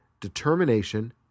determination